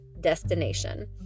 destination